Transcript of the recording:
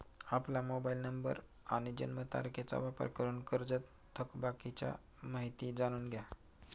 आपला mobile number आणि जन्मतारखेचा वापर करून कर्जत थकबाकीची माहिती जाणून घ्या